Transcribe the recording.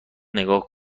نگاه